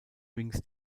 wings